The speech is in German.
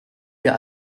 wir